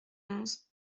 onze